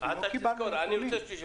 אתה אומר